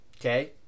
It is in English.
okay